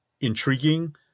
intriguing